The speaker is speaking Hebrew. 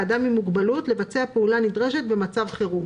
לאדם עם מוגבלות לבצע פעולה נדרשת במצב חירום,